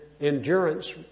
endurance